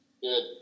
Good